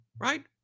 right